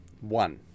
one